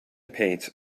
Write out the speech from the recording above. paints